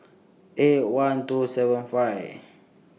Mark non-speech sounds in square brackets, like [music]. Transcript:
eight one two seven [unintelligible]